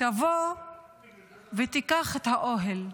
תבוא ותיקח את האוהל.